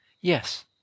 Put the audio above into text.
Yes